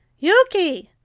yuki!